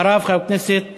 אחריו, חבר הכנסת